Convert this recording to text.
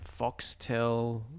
Foxtel